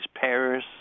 Paris